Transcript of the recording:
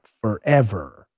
forever